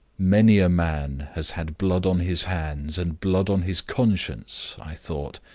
many a man has had blood on his hands and blood on his conscience i thought,